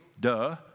duh